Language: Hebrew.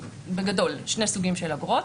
בגדול יש שני סוגים של אגרות: